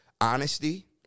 honesty